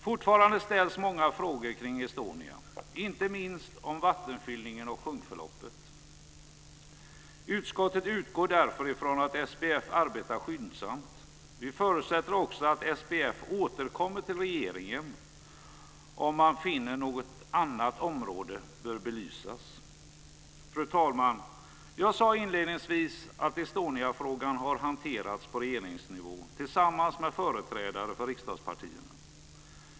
Fortfarande ställs många frågor kring Estonia, inte minst om vattenfyllningen och sjunkförloppet. Utskottet utgår därför från att SPF arbetar skyndsamt. Vi förutsätter också att SPF återkommer till regeringen om man finner att något annat område bör belysas. Fru talman! Jag sade inledningsvis att Estoniafrågan har hanterats på regeringsnivå tillsammans med företrädare för riksdagspartierna.